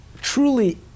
truly